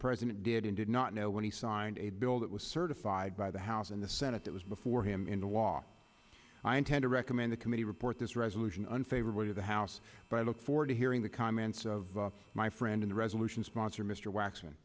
president did and did not know when he signed a bill that was certified by the house and the senate that was before him into law i intend to recommend the committee i report this resolution unfavorably to the house but i look forward to hearing the comments of my friend in the resolution sponsor mr wax